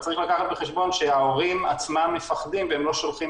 צריך לקחת בחשבון שההורים עצמם מפחדים ולא שולחים